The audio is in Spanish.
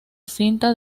cinta